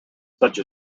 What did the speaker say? such